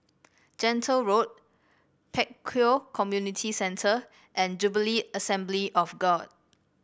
Gentle Road Pek Kio Community Centre and Jubilee Assembly of God